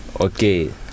okay